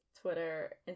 Twitter